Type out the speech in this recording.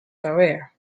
career